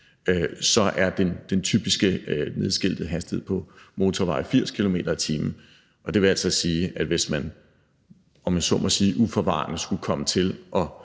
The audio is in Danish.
så er den typiske nedskiltede hastighed på motorveje 80 km/t. Det vil altså sige, at hvis man, om jeg så må sige, uforvarende skulle komme til at